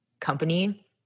company